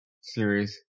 series